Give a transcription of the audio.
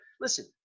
Listen